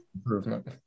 improvement